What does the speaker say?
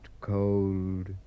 cold